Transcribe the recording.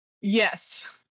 Yes